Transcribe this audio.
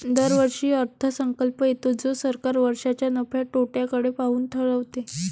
दरवर्षी अर्थसंकल्प येतो जो सरकार वर्षाच्या नफ्या तोट्याकडे पाहून ठरवते